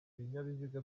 binyabiziga